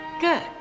Good